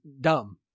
dumb